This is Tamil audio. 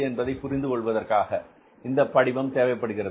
என்பதை புரிந்து கொள்வதற்காக இந்தப் படிவம் தேவைப்படுகிறது